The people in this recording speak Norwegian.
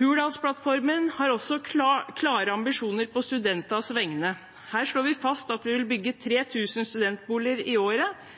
Hurdalsplattformen har også klare ambisjoner på studentenes vegne. Her slår vi fast at vi vil bygge 3 000 studentboliger i året